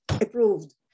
approved